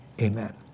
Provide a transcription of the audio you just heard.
amen